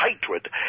hatred